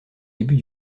début